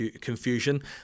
confusion